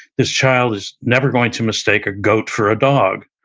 this child is never going to mistake a goat for a dog.